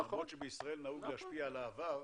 למרות שבישראל נהוג ויותר קל להשפיע על העבר.